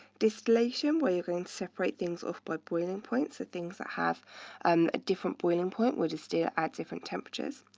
distillation, where you can separate things off by boiling points the things that have um a different boiling point will just stay at different temperatures.